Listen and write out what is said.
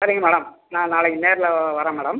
சரிங்க மேடம் நான் நாளைக்கு நேரில் வரேன் மேடம்